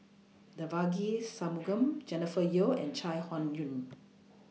Devagi Sanmugam Jennifer Yeo and Chai Hon Yoong